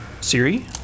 Siri